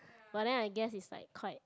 but then I guess it's like quite